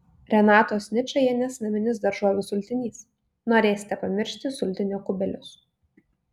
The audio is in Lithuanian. renatos ničajienės naminis daržovių sultinys norėsite pamiršti sultinio kubelius